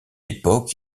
époque